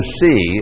see